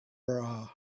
bra